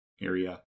area